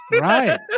Right